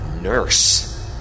nurse